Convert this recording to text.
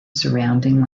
surrounding